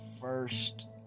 first